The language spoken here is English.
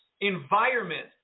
environment